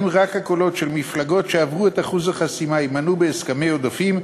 אם רק הקולות של מפלגות שעברו את אחוז החסימה יימנו בהסכמי עודפים,